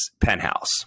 penthouse